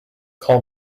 call